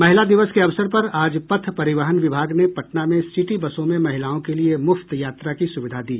महिला दिवस के अवसर पर आज पथ परिवहन विभाग ने पटना में सिटी बसों में महिलाओं के लिये मुफ्त यात्रा की सुविधा दी